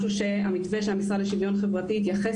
משהו שהמתווה של המשרד לשוויון חברתי התייחס